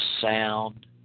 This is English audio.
sound